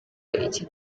iki